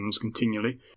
continually